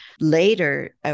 later